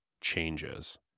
changes